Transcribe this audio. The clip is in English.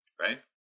Right